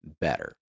better